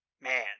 man